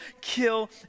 kill